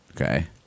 Okay